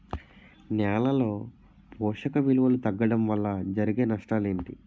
నేలలో పోషక విలువలు తగ్గడం వల్ల జరిగే నష్టాలేంటి?